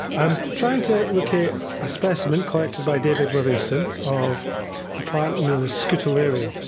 i'm trying to locate a specimen collected by david livingstone of a plant known as scutellaria.